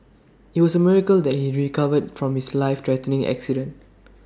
IT was A miracle that he recovered from his life threatening accident